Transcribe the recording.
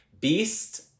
beast